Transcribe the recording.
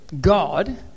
God